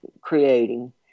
creating